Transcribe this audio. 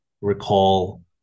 recall